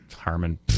Harmon